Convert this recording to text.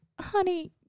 honey